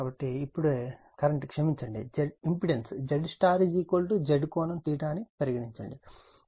కాబట్టి ఇప్పుడు కరెంట్ క్షమించండి ఇంపెడెన్స్ Zy Z ∠ అని పరిగణించండి